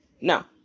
now